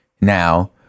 Now